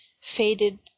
faded